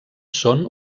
són